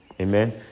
Amen